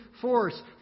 force